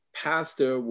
pastor